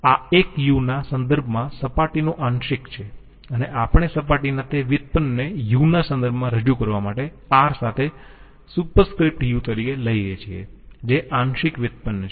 આ એક u ના સંદર્ભમાં સપાટીનો આંશિક છે અને આપણે સપાટીના તે વ્યુત્પન્નને u ના સંદર્ભમાં રજૂ કરવા માટે R સાથે સુપરસ્ક્રિપ્ટ u તરીકે લઈયે છીએ જે આંશિક વ્યુત્પન્ન છે